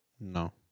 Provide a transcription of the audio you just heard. No